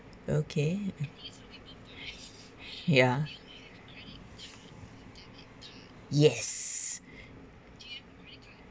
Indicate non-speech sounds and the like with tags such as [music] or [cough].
okay [breath] ya yes